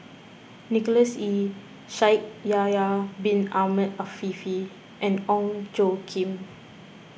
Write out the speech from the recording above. Nicholas Ee Shaikh Yahya Bin Ahmed Afifi and Ong Tjoe Kim